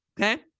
Okay